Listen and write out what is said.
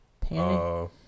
panic